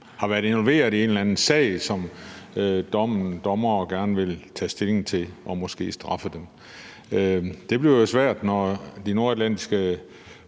har været involveret i en eller anden sag, som nogle dommere gerne vil tage stilling til og måske straffe vedkommende i? Det bliver jo svært, når de nordatlantiske